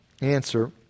answer